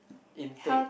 intake